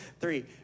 three